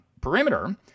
perimeter